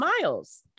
miles